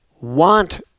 want